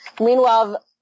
Meanwhile